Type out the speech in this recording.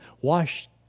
washed